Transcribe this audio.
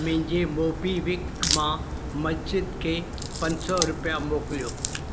मुंहिंजी मोबीक्विक मां माजिद खे पंज सौ रुपिया मोकिलियो